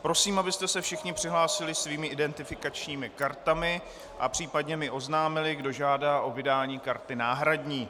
Prosím, abyste se všichni přihlásili svými identifikačními kartami a případně mi oznámili, kdo žádá o vydání karty náhradní.